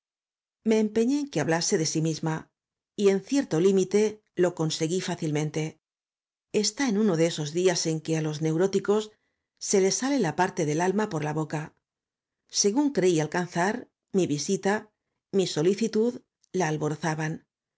empeñé en que hablase de sí misma y en cierto límite lo conseguí fácilmente estaba en uno de esos días en que á los neuróticos se les sale parte del alma por la boca según creí alcanzar mi visita mi solicitud la alborozaban